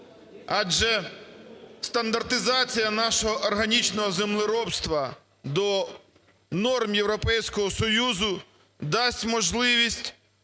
адже стандартизація нашого органічного землеробства до норм Європейського Союзу дасть можливість